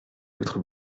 votre